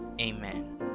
Amen